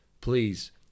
please